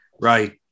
Right